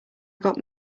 got